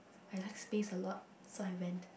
I like space a lot so I went